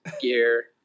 gear